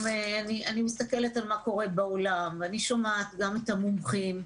אני מסתכלת על מה שקורה בעולם וגם שומעת את דברי המומחים.